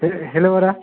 hello आदा